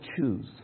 choose